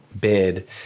bid